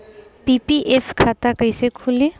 PPF खाता कैसे खुली?